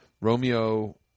Romeo